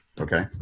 Okay